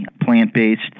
plant-based